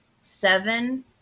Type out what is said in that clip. seven